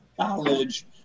college